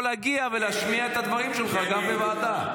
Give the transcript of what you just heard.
להגיע ולהשמיע את הדברים שלך גם בוועדה.